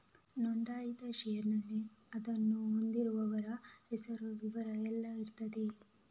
ನೋಂದಾಯಿತ ಷೇರಿನಲ್ಲಿ ಅದನ್ನು ಹೊಂದಿದವರ ಹೆಸರು, ವಿವರ ಎಲ್ಲ ಇರ್ತದೆ